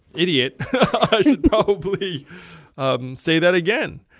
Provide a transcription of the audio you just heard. idiot i should probably and say that again.